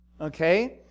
Okay